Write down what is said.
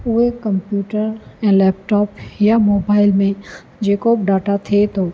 उहे computer laptop या mobile में जेको बि डाटा थिए थो